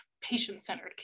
patient-centered